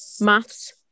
Maths